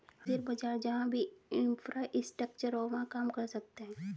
हाजिर बाजार जहां भी इंफ्रास्ट्रक्चर हो वहां काम कर सकते हैं